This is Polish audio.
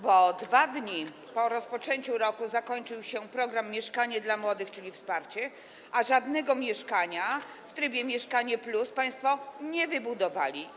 Bo 2 dni po rozpoczęciu roku zakończył się program „Mieszkanie dla młodych”, czyli wsparcie, a żadnego mieszkania w trybie Mieszkanie+ państwo nie wybudowali.